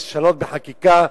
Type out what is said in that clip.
לשנות בחקיקה,